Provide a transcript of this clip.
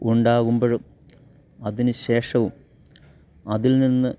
ഉണ്ടാകുമ്പോഴും അതിന് ശേഷവും അതിൽ നിന്ന്